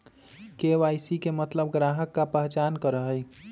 KYC के मतलब ग्राहक का पहचान करहई?